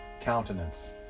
countenance